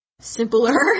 simpler